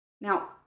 Now